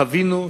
חווינו,